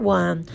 one